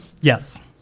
Yes